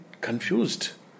confused